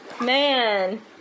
Man